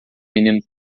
menino